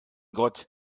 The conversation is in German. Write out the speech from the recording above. gott